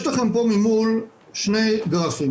יש לכם פה ממול שני גרפים,